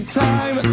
time